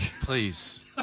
Please